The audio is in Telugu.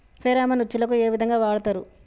ఫెరామన్ ఉచ్చులకు ఏ విధంగా వాడుతరు?